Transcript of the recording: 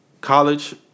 college